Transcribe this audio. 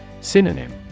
Synonym